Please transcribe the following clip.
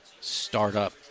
startup